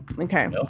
okay